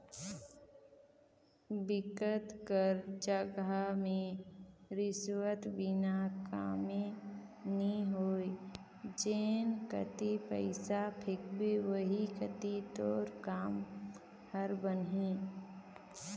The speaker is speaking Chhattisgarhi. बिकट कर जघा में रिस्वत बिना कामे नी होय जेन कती पइसा फेंकबे ओही कती तोर काम हर बनही